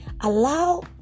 allow